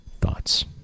thoughts